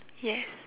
yes